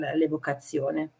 l'evocazione